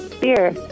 Beer